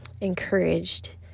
encouraged